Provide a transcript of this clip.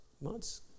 months